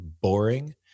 boring